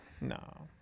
No